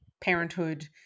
parenthood